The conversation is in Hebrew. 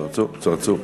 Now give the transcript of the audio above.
צרצור, צרצור.